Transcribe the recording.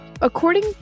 According